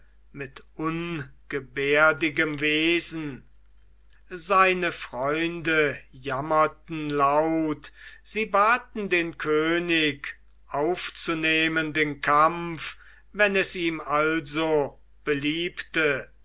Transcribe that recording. mit ungebärdigem wesen seine freunde jammerten laut sie baten den könig aufzunehmen den kampf wenn es ihm also beliebte